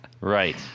Right